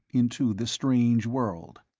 into the strange world.